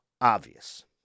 obvious